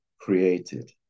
created